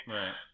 right